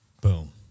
Boom